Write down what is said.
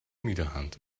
میدهند